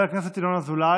מוותר, חבר הכנסת ינון אזולאי